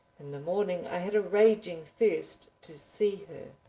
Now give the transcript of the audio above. in the morning i had a raging thirst to see her.